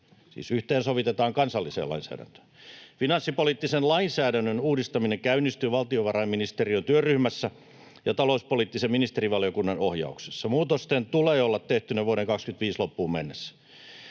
yhteensovitetaan kansalliseen lainsäädäntöön. Finanssipoliittisen lainsäädännön uudistaminen käynnistyy valtiovarainministeriön työryhmässä ja talouspoliittisen ministerivaliokunnan ohjauksessa. Muutosten tulee olla tehtynä vuoden 25 loppuun mennessä.